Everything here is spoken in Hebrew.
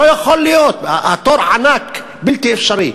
לא יכול להיות, התור ענק, בלתי אפשרי.